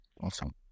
Awesome